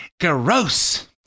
Gross